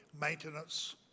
maintenance